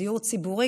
לדיור ציבורי,